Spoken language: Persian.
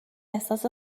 احساس